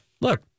look